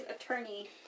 attorney